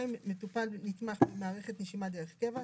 מטופל נתמך במערכת נשימה דרך קבע.